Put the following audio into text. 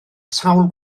sawl